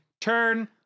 Turn